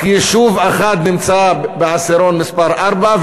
רק יישוב אחד נמצא בעשירון מס' 4,